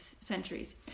centuries